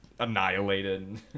Annihilated